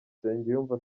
nsengiyumva